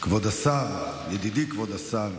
השר, ידידי כבוד השר,